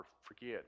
forget